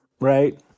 right